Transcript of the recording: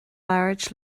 labhairt